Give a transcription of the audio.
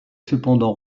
cependant